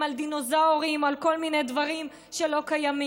על דינוזאורים או כל על מיני דברים שלא קיימים,